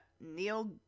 Neil